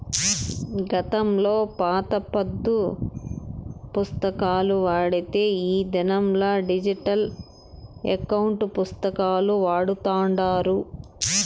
గతంలో పాత పద్దు పుస్తకాలు వాడితే ఈ దినంలా డిజిటల్ ఎకౌంటు పుస్తకాలు వాడతాండారు